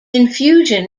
infusion